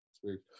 Sweet